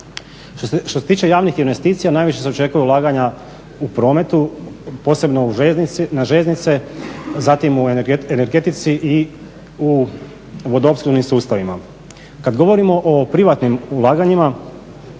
Što se tiče javnih investicija najviše se očekuju ulaganja u prometu, posebno u željeznici, na željeznice, zatim u energetici i u vodoopskrbnim sustavima. Kad govorimo o privatnim ulaganjima